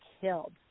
killed